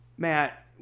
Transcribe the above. Matt